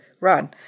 run